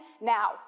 now